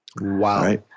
Wow